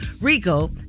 RICO